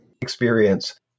experience